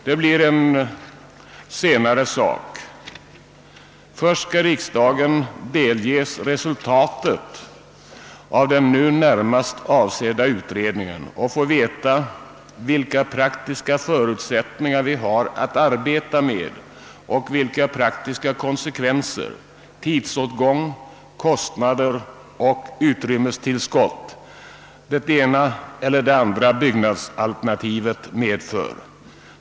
Detta blir en senare sak. Först skall riksdagen delges resultatet av den nu närmast aktuella utredningen och få veta vilka praktiska förutsättningar man har att räkna med och de praktiska konsekvenser — tidsåtgång, kostnader och utrymmestillskott det ena eller det andra = byggnadsalternativet medför.